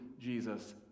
Jesus